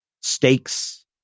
stakes